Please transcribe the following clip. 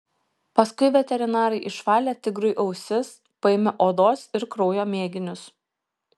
paskui veterinarai išvalė tigrui ausis paėmė odos ir kraujo mėginius